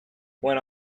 went